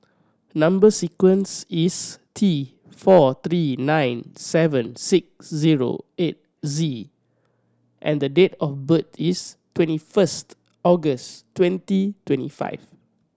number sequence is T four three nine seven six zero eight Z and the date of birth is twenty first August twenty twenty five